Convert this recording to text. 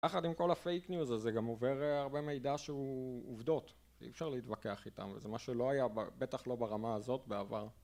יחד עם כל הפייק ניוז הזה גם עובר הרבה מידע שהוא עובדות אי אפשר להתווכח איתם וזה מה שלא היה בטח לא ברמה הזאת בעבר